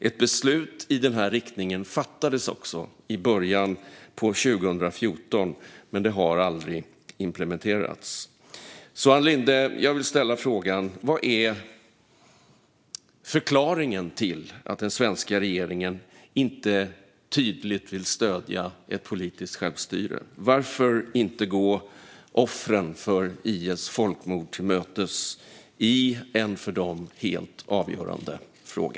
Ett beslut i den riktningen fattades också i början av 2014, men det har aldrig implementerats. Jag vill ställa följande frågor, Ann Linde: Vad är förklaringen till att den svenska regeringen inte tydligt vill stödja ett politiskt självstyre? Varför inte gå offren för IS folkmord till mötes i en för dem helt avgörande fråga?